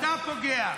אתה פוגע.